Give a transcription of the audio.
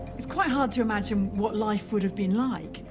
it's quite hard to imagine what life would've been like.